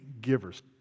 givers